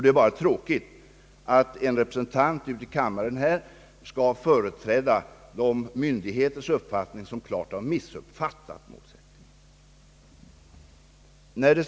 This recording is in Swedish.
Det är bara tråkigt att en ledamot av kammaren här skall företräda de myndigheters uppfattning, som har missuppfattat målsättningen.